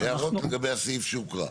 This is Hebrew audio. הערות לגבי הסעיף שהוקרא.